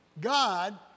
God